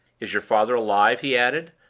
is your father alive? he added,